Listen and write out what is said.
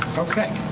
okay.